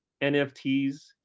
NFTs